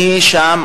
אני שם,